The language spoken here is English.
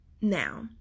now